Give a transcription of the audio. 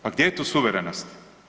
Pa gdje je tu suverenost?